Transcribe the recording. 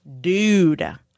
dude